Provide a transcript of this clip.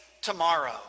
tomorrow